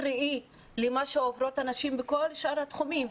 ראי למה שעוברות הנשים בכל שאר התחומים.